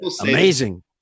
Amazing